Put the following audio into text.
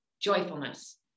joyfulness